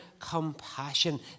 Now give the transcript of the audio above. compassion